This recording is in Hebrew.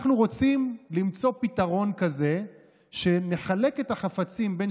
אנחנו רוצים למצוא פתרון כזה שמחלק את החפצים בין